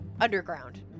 underground